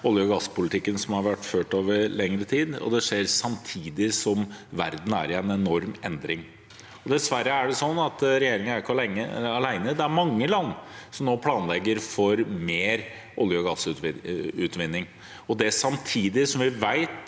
olje- og gasspolitikken som har vært ført over lengre tid, og det skjer samtidig som verden er i en enorm endring. Dessverre er det sånn at regjeringen ikke er alene. Det er mange land som nå planlegger for mer olje- og gassutvinning, og det samtidig som vi vet